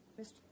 Mr